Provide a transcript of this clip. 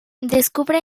descubre